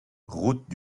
route